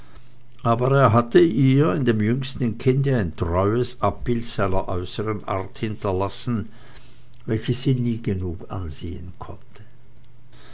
aber er hatte ihr in dem jüngsten kinde ein treues abbild seiner äußeren art hinterlassen welches sie nie genug ansehen konnte